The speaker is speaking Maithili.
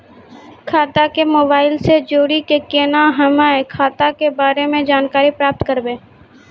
खाता के मोबाइल से जोड़ी के केना हम्मय खाता के बारे मे जानकारी प्राप्त करबे?